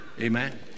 Amen